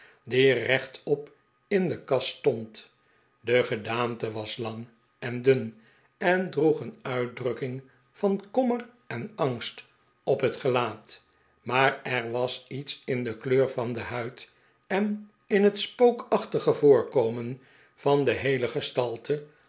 die rechtop in de kast stond de gedaante was lang en dun en droeg een uitdrukking van kommer en angst op het gelaat maar er was iets in de kleur van de huid en in het spookachtige voorkomen van de heele